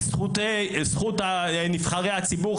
וזכות נבחרי הציבור,